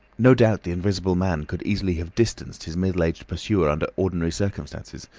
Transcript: no doubt the invisible man could easily have distanced his middle-aged pursuer under ordinary circumstances,